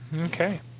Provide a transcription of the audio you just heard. Okay